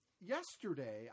yesterday